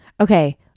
Okay